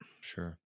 sure